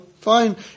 Fine